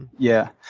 yeah.